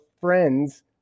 friends